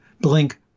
blink